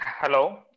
Hello